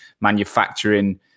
manufacturing